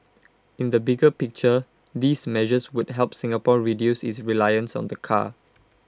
in the bigger picture these measures would help Singapore reduce its reliance on the car